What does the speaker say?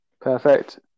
Perfect